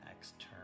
external